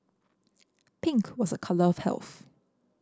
pink was a colour of health